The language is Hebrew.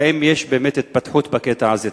האם יש באמת התפתחות בקטע הזה?